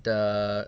the